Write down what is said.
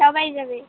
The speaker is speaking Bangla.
সবাই যাবে